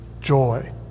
joy